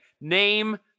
name